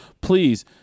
please